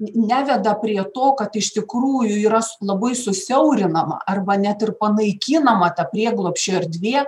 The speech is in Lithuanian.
neveda prie to kad iš tikrųjų yra labai susiaurinama arba net ir panaikinama ta prieglobsčio erdvė